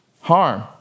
harm